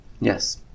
Yes